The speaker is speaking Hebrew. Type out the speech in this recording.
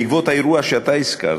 בעקבות האירוע שהזכרת,